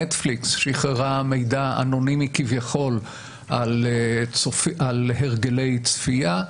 נטפליקס שחרר מידע אנונימי כביכול על הרגלי צפייה.